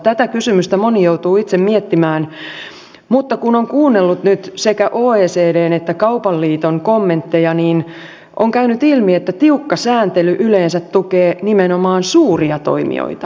tätä kysymystä moni joutuu itse miettimään mutta kun on kuunnellut nyt sekä oecdn että kaupan liiton kommentteja on käynyt ilmi että tiukka sääntely yleensä tukee nimenomaan suuria toimijoita